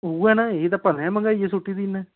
उ'ऐ न एह् ते भलेआं गै मैंह्गाई ऐ सट्टी दी इन्नै